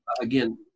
Again